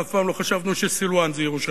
אף פעם לא חשבנו שסילואן זה ירושלים.